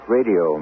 Radio